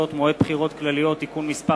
(מועד בחירות כלליות) (תיקון מס'